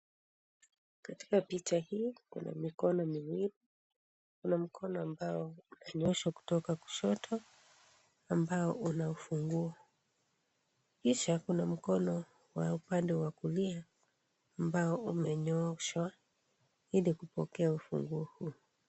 Katika picha hii kuna mikono miwili, kuna mkono ambao umenyooshwa kutoka kushoto ambao una ufunguo. Kisha kuna mkono wa upande wa kulia, ambao umenyooshwa, ili kupokea ufunguo huu.